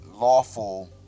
lawful